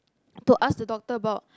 to ask the doctor about